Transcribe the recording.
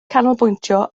canolbwyntio